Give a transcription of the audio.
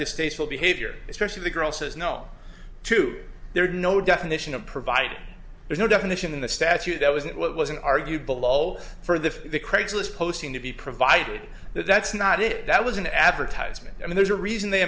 distasteful behavior especially the girl says no two there are no definition of provided there's no definition in the statute that wasn't what was in argue below for the craigslist posting to be provided that that's not it that was an advertisement i mean there's a reason they